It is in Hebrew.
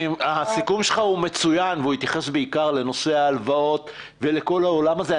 הסיכום שלך מצוין והתייחס בעיקר לנושא ההלוואות וכל העולם הזה.